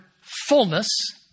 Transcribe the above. fullness